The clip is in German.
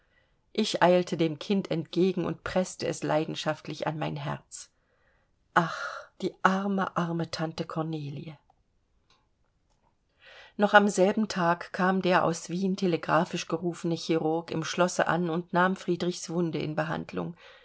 ich eilte dem kind entgegen und preßte es leidenschaftlich an mein herz ach die arme arme tante kornelie noch am selben tag kam der aus wien telegraphisch gerufene chirurg im schlosse an und nahm friedrichs wunde in behandlung